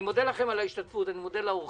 אני מודה לכם על ההשתתפות, אני מודה לאורחים.